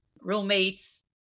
roommates